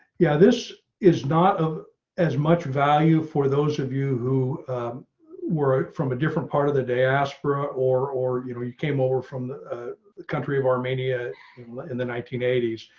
yeah, this is not as much value. for those of you who were from a different part of the diaspora or or you know you came over from country of armenia in the nineteen eighty s.